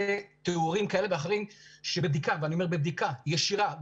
תיאורים כאלה ואחרים שבבדיקה ואני אומר בדיקה ישירה,